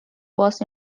was